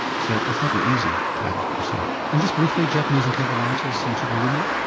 so it's not an easy type of research. and just briefly japanese encephalitis and chikungunya?